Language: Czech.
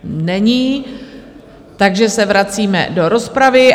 Není, takže se vracíme do rozpravy.